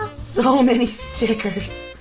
so many stickers!